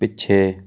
ਪਿੱਛੇ